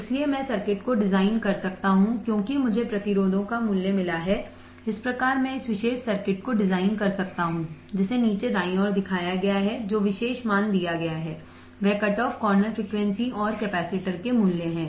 इसलिए मैं सर्किट को डिजाइन कर सकता हूं क्योंकि मुझे प्रतिरोधों का मूल्य मिला है इस प्रकार मैं इस विशेष सर्किट को डिजाइन कर सकता हूं जिसे नीचे दाईं ओर दिखाया गया है जो विशेष मान दिया गया है वह कटऑफ कॉर्नर फ्रीक्वेंसी और कैपेसिटर के मूल्य है